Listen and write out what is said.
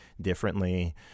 differently